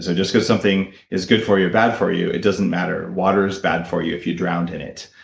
so just because something is good for you or bad for you, it doesn't matter, water is bad for you if you drown in it,